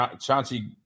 Chauncey